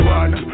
one